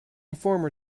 former